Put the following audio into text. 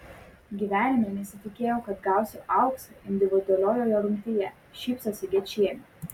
gyvenime nesitikėjau kad gausiu auksą individualiojoje rungtyje šypsosi gečienė